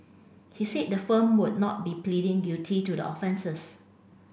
he said the firm would not be pleading guilty to the offences